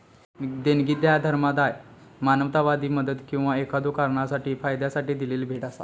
देणगी ह्या धर्मादाय, मानवतावादी मदत किंवा एखाद्यो कारणासाठी फायद्यासाठी दिलेली भेट असा